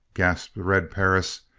gasped red perris.